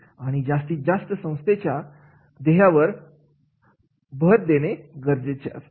आणि जास्तीत जास्त संस्थेच्या संस्थेच्या ध्येया वर भर देणे गरजेचे असते